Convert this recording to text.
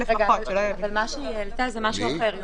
מה שהיא העלתה זה משהו אחר.